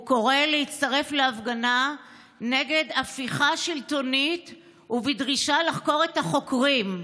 הוא קורא להצטרף להפגנה נגד הפיכה שלטונית ולדרישה לחקור את החוקרים.